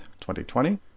2020